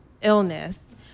illness